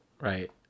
Right